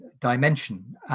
dimension